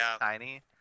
tiny